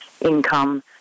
income